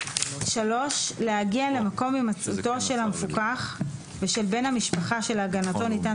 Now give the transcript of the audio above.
להגיע למקום הימצאותו של המפוקח ושל בן המשפחה שלהגנתו ניתן